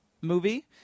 movie